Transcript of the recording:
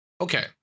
Okay